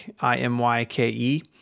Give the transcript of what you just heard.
I-M-Y-K-E